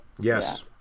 Yes